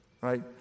right